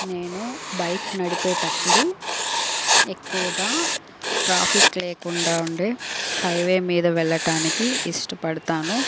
నేను బైక్ నడిపేటప్పుడు ఎక్కువగా ట్రాఫిక్ లేకుండా ఉండే హైవే మీద వెళ్ళటానికి ఇష్టపడుతాను